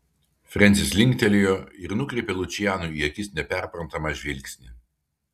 frensis linktelėjo ir nukreipė lučianui į akis neperprantamą žvilgsnį